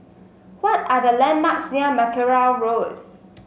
what are the landmarks near Mackerrow Road